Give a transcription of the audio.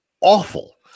awful